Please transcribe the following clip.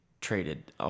traded